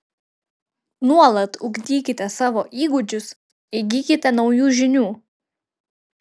nuolat ugdykite savo įgūdžius įgykite naujų žinių